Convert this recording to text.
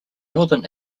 northern